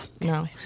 No